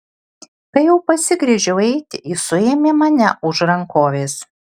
kai jau pasigręžiau eiti ji suėmė mane už rankovės